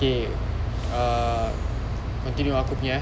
okay ah continue aku punya eh